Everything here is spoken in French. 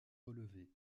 relevée